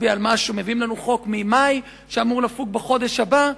מביאים לנו חוק ממאי שאמור לפוג בחודש הבא.